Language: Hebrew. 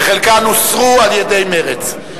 וחלקן הוסרו על-ידי מרצ.